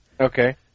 Okay